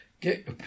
get